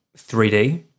3D